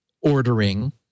ordering